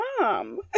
mom